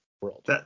world